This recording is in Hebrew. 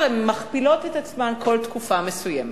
כלומר הן מכפילות את עצמן כל תקופה מסוימת.